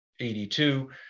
82